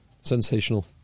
Sensational